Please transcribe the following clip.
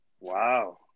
Wow